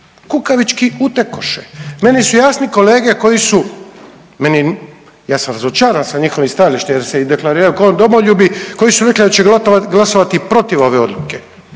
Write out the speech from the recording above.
kukavički utekoše. Meni su jasni kolege koji su, ja sam razočaran sa njihovim stajalištem jer se deklariraju kao domoljubi koji su rekli da će glasovati protiv odluke.